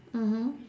mmhmm